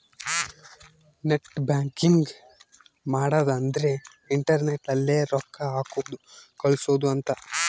net banking ಮಾಡದ ಅಂದ್ರೆ internet ಅಲ್ಲೆ ರೊಕ್ಕ ಹಾಕೋದು ಕಳ್ಸೋದು ಅಂತ